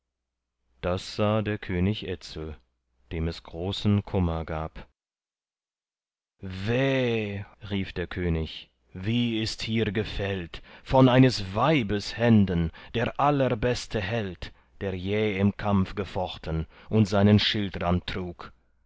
das sah der könig etzel dem es großen kummer gab weh rief der könig wie ist hier gefällt von eines weibes händen der allerbeste held der je im kampf gefochten und seinen schildrand trug